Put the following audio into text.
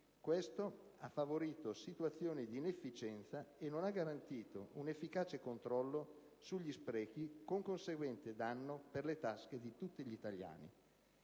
questo ha favorito situazioni di inefficienza e non ha garantito un efficace controllo sugli sprechi, con conseguente danno per le tasche di tutti gli italiani.